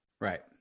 Right